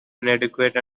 inadequate